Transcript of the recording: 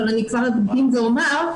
אבל אני אקדים ואומר,